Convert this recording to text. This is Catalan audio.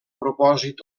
propòsit